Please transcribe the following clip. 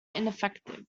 ineffective